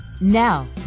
Now